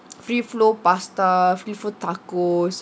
free flow pasta free flow tacos